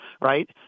right